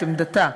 את עמדתה.